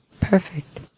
Perfect